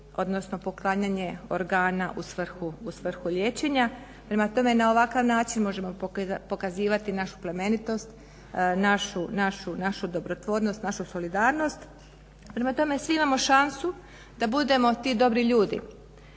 odnosno poklanjanje organa u svrhu liječenja. Prema tome na ovakav način možemo pokazivati našu plemenitost, našu dobrotvornost, našu solidarnost. Prema tome svi imamo šansu da budemo ti dobri ljudi